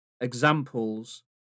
examples